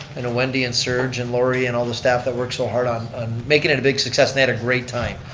and wendy and serge and laurie and all the staff that worked so hard on making it a big success, they had a great time,